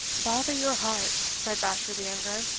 bother your heart, said bashwood the younger.